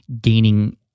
gaining